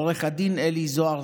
עו"ד אלי זהר,